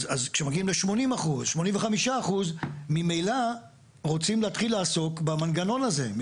אז כשמגיעים ל-80%-85% ממילא רוצים להתחיל לעסוק במנגנון הזה.